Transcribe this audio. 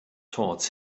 toward